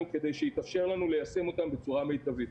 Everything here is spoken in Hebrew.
כדי שיתאפשר לנו ליישם אותן בצורה מיטבית.